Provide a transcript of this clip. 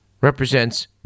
represents